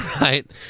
right